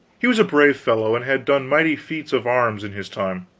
he was a brave fellow, and had done mighty feats of arms in his time.